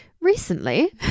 Recently